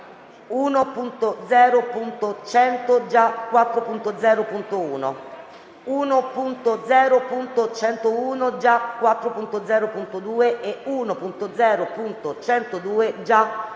1.0.100 (già 4.0.1), 1.0.101 (già 4.0.2) e 1.0.102 (già 4.0.3).